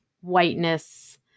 whiteness